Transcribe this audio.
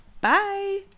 Bye